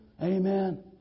Amen